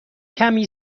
کمی